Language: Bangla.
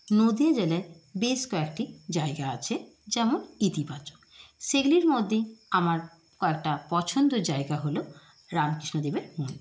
নদিয়া জেলায় বেশ কয়েকটি জায়গা আছে যেমন ইতিবাচক সেগুলির মধ্যে আমার কয়েকটা পছন্দর জায়গা হল রামকৃষ্ণ দেবের মন্দির